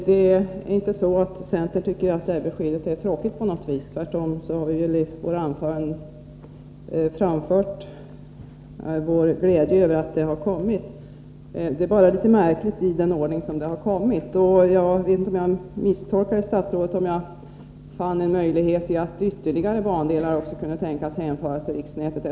Herr talman! Centern tycker inte på något vis att det här beskedet är tråkigt; tvärtom har vi i våra anföranden framfört vår glädje över det. Det är bara litet märkligt med den ordning det har kommit i. Jag vet inte om jag misstolkade statsrådet, när jag fann en möjlighet till att ytterligare bandelar kunde tänkas bli hänförda till riksnätet.